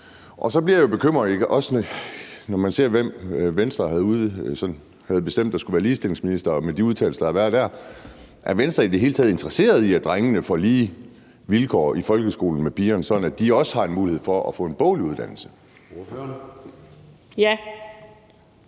Så bliver jeg bekymret – når man ser, hvem Venstre havde bestemt skulle være ligestillingsminister – over de udtalelser, der har været der. Er Venstre i det hele taget interesseret i, at drengene får samme vilkår som pigerne i folkeskolen, sådan at de også har en mulighed for at få en boglig uddannelse?